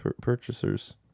Purchasers